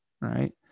right